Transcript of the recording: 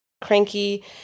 cranky